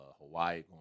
Hawaii